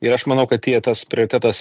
ir aš manau kad tie tas prioritetas